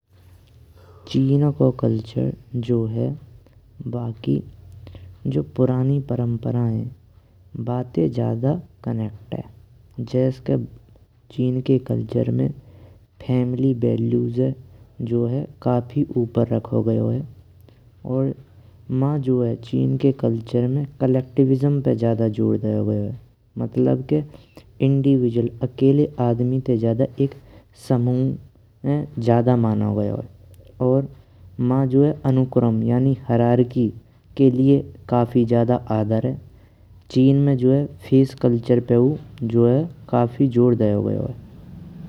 चीन को कल्चर जो है बाकी जो पुरानी परंपरा हैं बाते ज्यादा कनेक्ट है। जैस के चीन के कल्चर में फैमिली फैमिली वेल्युसेय काफी ऊपर रखो गयो है। और मा जो है चीन के कल्चर में कलेक्टिविज़्म पे ज्यादा जोर दयो गयो है, मतलब के इंडिविजुअल अकेले आदमी ते ज्यादा एक समूह है ज्यादा मानो गयो है। और महँ जो है अनुक्रम, यानि हायार्की के लिए काफी ज्यादा आदर है फेसे कल्चर पे हू ज्यादा जोर दयो गयो है।